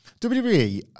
WWE